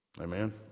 Amen